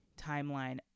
timeline